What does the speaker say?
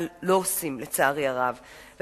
אבל לצערי הרב לא עושים,